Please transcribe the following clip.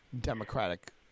Democratic